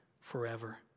forever